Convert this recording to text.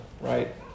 right